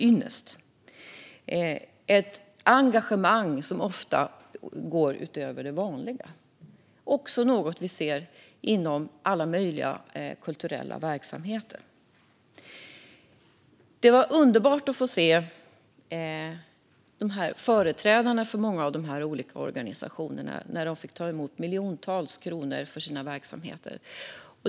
Det är ett engagemang som ofta går utöver det vanliga, något vi ser inom alla möjliga kulturella verksamheter. Det var underbart att få se företrädarna för många av dessa organisationer när de fick ta emot miljontals kronor till sina verksamheter.